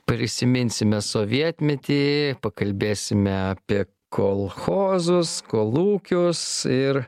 prisiminsime sovietmetį pakalbėsime apie kolchozus kolūkius ir